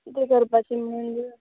कितें करपाचें मागीर